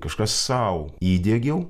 kažką sau įdiegiau